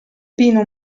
pino